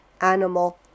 animal